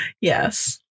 Yes